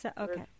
Okay